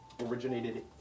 Originated